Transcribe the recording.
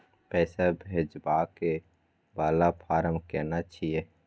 पैसा भेजबाक वाला फारम केना छिए?